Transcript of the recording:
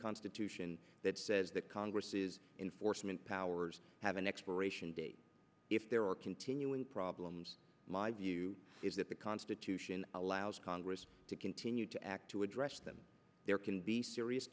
constitution that says that congress is in force manpower's have an expiration date if there are continuing problems my view is that the constitution allows congress to continue to act to address them there can be serious